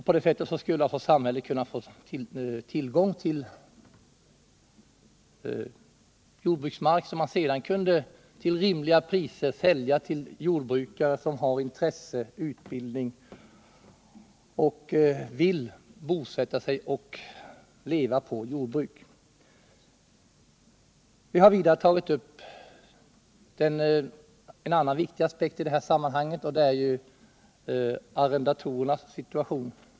På det sättet skulle samhället kunna få tillgång till jordbruksmark som man sedan till rimliga priser kunde sälja till folk som har intresse och utbildning för jordbruk och som vill leva på jordbruk. En annan viktig aspekt i detta sammanhang är arrendatorernas situation.